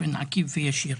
באופן עקיף וישיר.